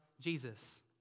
Jesus